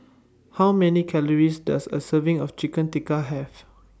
How Many Calories Does A Serving of Chicken Tikka Have